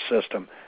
system